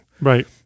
Right